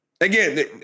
Again